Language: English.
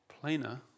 plainer